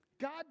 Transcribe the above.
God